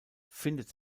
findet